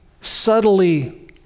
subtly